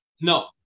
No